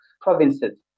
provinces